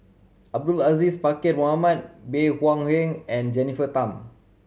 Abdul Aziz Pakkeer Mohamed Bey Hua Heng and Jennifer Tham